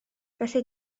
felly